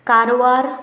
Karwar